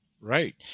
Right